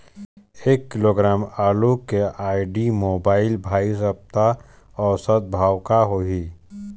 एक किलोग्राम आलू के आईडी, मोबाइल, भाई सप्ता औसत भाव का होही?